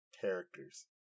Characters